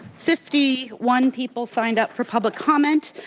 fifty one people signed up for public comment,